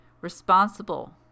responsible